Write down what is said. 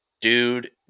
Dude